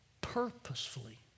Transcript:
purposefully